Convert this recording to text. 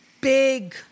big